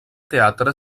teatre